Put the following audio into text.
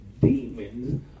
demons